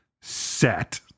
set